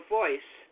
voice